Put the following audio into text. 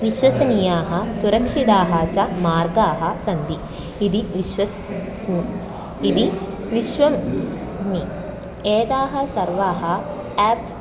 विश्वसनीयाः सुरक्षिताः च मार्गाः सन्ति इति विश्वस्य इति विश्वं स्मिताः एताः सर्वाः एप्स्